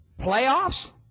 Playoffs